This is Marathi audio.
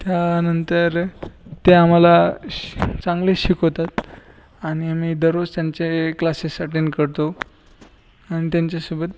त्यानंतर ते आम्हाला चांगले शिकवतात आणि आम्ही दररोज त्यांचे क्लासेस अटेंड करतो आणि त्यांच्यासोबत